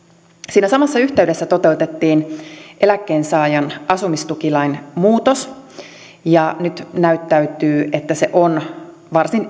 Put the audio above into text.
siinä samassa yhteydessä toteutettiin eläkkeensaajan asumistukilain muutos ja nyt näyttäytyy että se on varsin